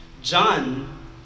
John